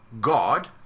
God